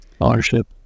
ownership